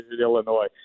Illinois